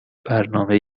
برنامه